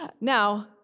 Now